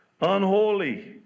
Unholy